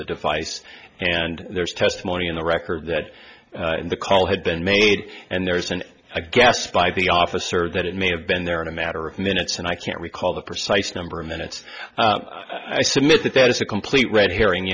the device and there's testimony in the record that the call had been made and there was an i guess by the officer that it may have been there in a matter of minutes and i can't recall the precise number of minutes i submit that there is a complete red herring